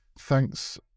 thanks